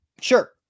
Sure